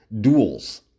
duels